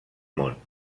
món